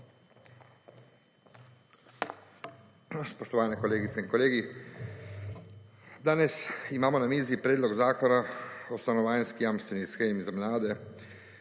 Spoštovani kolegice in kolegi! Danes imamo na mizi Predlog zakona o stanovanjski jamstveni shemi za mlade,